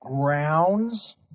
grounds